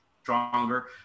Stronger